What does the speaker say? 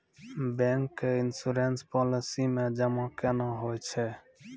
Bank के insurance policy मे जमा केना होय छै?